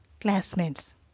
classmates